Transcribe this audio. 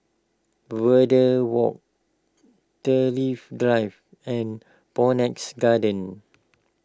Verde Walk Thrift Drive and Phoenix Garden